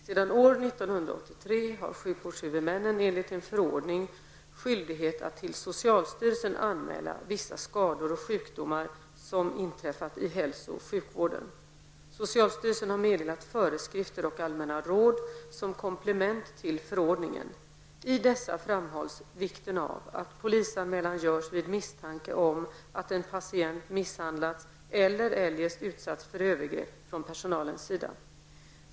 Sedan år 1983 har sjukvårdshuvudmännen enligt en förordning skyldighet att till socialstyrelsen anmäla vissa skador och sjukdomar som inträffat i hälso och sjukvården. som komplement till förordningen. I dessa framhålls vikten av att polisanmälan görs vid misstanke om att en patient misshandlats eller eljest utsatts för övergrepp från personalens sida.